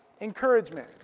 encouragement